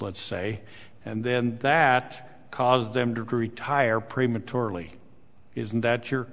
let's say and then that caused them to retire prematurely isn't that you